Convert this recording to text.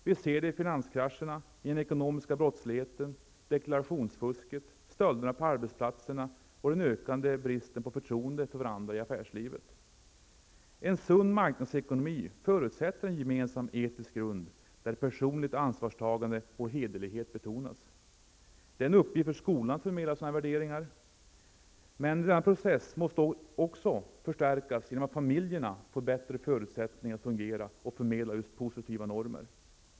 Vi ser det i finanskrascherna, i den ekonomiska brottsligheten, deklarationsfusket, stölderna på arbetsplatserna och den ökande bristen på förtroende för varandra i affärslivet. En sund marknadsekonomi förutsätter en gemensam etisk grund där personligt ansvarstagande och hederlighet betonas. Det är en uppgift för skolan att förmedla sådana värderingar. Men denna process måste också förstärkas genom att familjerna får bättre förutsättningar att fungera och förmedla positiva normer. Fru talman!